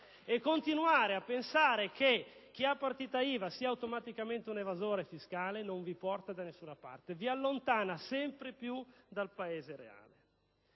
E continuare a pensare che chi ha la partita IVA sia automaticamente un evasore fiscale non vi porta da nessuna parte: vi allontana sempre più dal Paese reale.